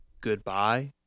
goodbye